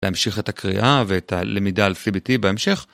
להמשיך את הקריאה ואת הלמידה על CBT בהמשך.